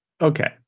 Okay